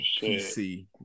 pc